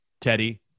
Teddy